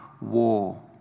war